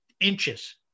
inches